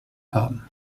haben